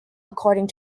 according